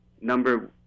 number